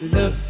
Look